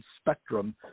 spectrum